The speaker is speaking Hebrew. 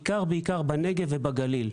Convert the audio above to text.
בעיקר בנגב ובגליל,